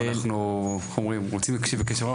היום אנחנו, איך אומרים, רוצים להקשיב בקשב רב.